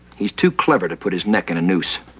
he's too clever to put his neck in a noose.